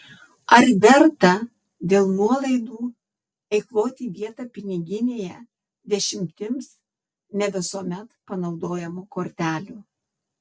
ar verta dėl nuolaidų eikvoti vietą piniginėje dešimtims ne visuomet panaudojamų kortelių